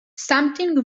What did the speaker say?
something